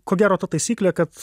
ko gero ta taisyklė kad